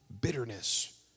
bitterness